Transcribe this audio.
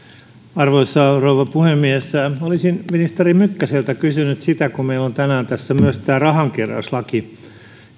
arvoisa rouva puhemies olisin ministeri mykkäseltä kysynyt sitä kun meillä on tänään tässä myös tämä rahankeräyslaki